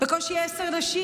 בקושי עשר נשים,